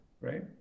right